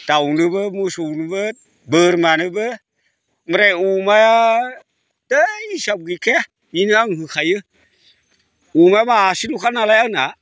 दावनोबो मोसौनोबो बोरमानोबो ओमफ्राय अमाया थै हिसाब गैखाया बे आं होखायो अमाया मासेलखानालाय आंना